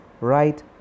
right